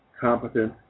competent